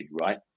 right